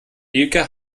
mielke